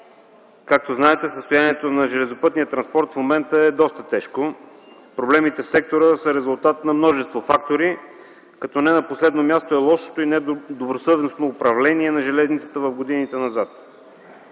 Както знаете състоянието на железопътния транспорт в момента е доста тежко. Проблемите в сектора са резултат на множество фактори, като не на последно място е лошото и недобросъвестно управление на железниците в годините назад.